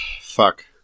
Fuck